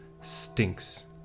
stinks